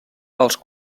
els